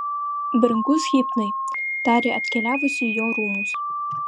brangus hipnai tarė atkeliavusi į jo rūmus